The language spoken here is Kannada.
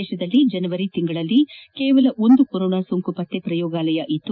ದೇಶದಲ್ಲಿ ಜನವರಿ ತಿಂಗಳಲ್ಲಿ ಕೇವಲ ಒಂದು ಕೊರೋನಾ ಸೋಂಕು ಪತ್ತೆ ಪ್ರಯೋಗಾಲಯ ಇತ್ತು